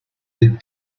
with